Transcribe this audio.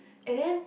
and then